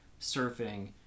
surfing